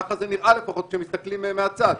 ככה זה נראה לפחות כשמסתכלים מהצד.